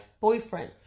boyfriend